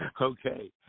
Okay